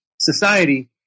society